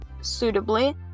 suitably